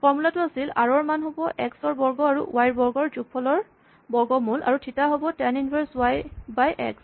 formula টো আছিল R ৰ মান হ'ব এক্স ৰ বৰ্গ আৰু ৱাই ৰ বৰ্গৰ যোগফলৰ বৰ্গমূল আৰু থিতা হ'ব tan inverse Y by x